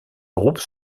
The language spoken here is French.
groupe